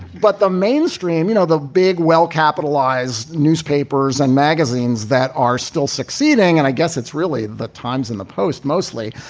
but the mainstream, you know, the big well-capitalized newspapers and magazines that are still succeeding, succeeding, and i guess it's really the times and the post mostly.